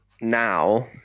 now